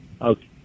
Okay